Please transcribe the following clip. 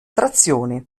trazione